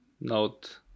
note